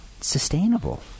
sustainable